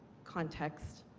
context,